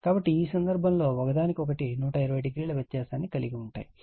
కాబట్టి ఈ సందర్భంలో ఒకదానికొకటి 120o వ్యత్యాసాన్ని కలిగి ఉంటాయి